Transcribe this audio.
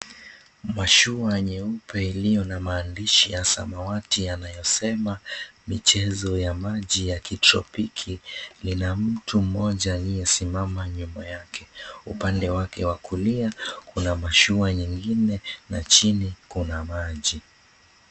Mashua nyeupe iliyo na maandishi ya samawati yanayosema michezo ya maji ya kitropiki lina mtu mmoja aliyesimama nyuma yake. Upande wake wa kulia kuna mashua nyingine na chini kuna maji.